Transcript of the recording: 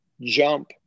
jump